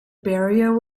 barrier